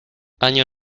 año